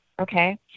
okay